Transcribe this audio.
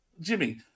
Jimmy